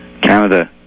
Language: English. Canada